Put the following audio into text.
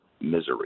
misery